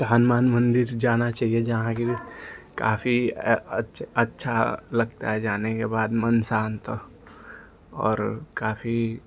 हनुमान मन्दिर जाना चाहिए जहाँ कि काफ़ी अच्छ अच्छा लगता है जाने के बाद मन शान्त और काफ़ी